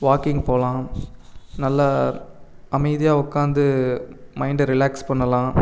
walking போகலாம் நல்லா அமைதியாக உக்காந்து மைண்டை ரிலாக்ஸ் பண்ணலாம்